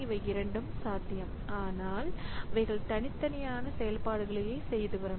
இவை இரண்டும் சாத்தியம் ஆனால் அவைகள் தனித்தனியான செயற்பாடுகளையே செய்து வரும்